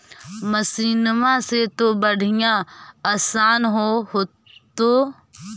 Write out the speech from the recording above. मसिनमा से तो बढ़िया आसन हो होतो?